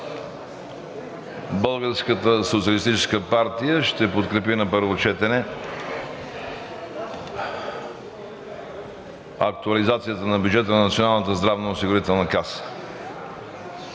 „Българската социалистическа партия“ ще подкрепи на първо четене актуализацията на бюджета на Националната здравноосигурителна каса.